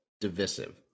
divisive